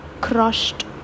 crushed